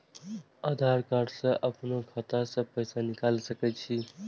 आधार कार्ड से अपनो खाता से पैसा निकाल सके छी?